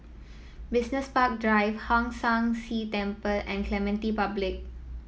Business Park Drive Hong San See Temple and Clementi Public